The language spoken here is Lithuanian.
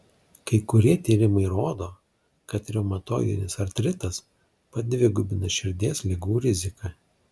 kai kurie tyrimai rodo kad reumatoidinis artritas padvigubina širdies ligų riziką